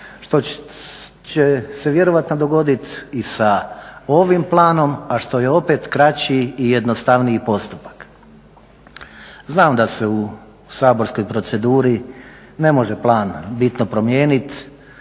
što će se vjerojatno dogoditi i sa ovim planom, a što je opet kraći i jednostavniji postupak. Znam da se u saborskoj proceduri ne može plan bitno promijeniti,